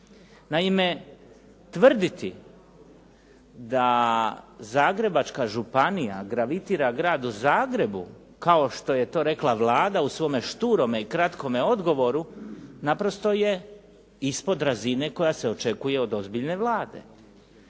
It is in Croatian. Naime, tvrditi da Zagrebačka županija gravitira Gradu Zagrebu kao što je to rekla Vlada u svome šturome i kratkome odgovoru naprosto je ispod razine koja se očekuje od ozbiljne Vlade